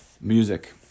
Music